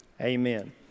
Amen